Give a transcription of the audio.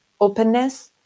openness